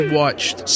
watched